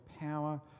power